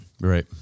right